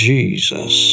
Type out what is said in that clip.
Jesus